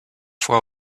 fois